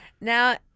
Now